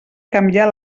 canviar